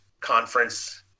conference